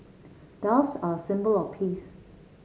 doves are a symbol of peace